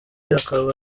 akaba